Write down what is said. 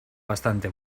bastante